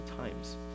times